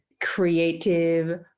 creative